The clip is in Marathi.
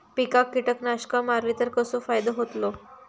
पिकांक कीटकनाशका मारली तर कसो फायदो होतलो?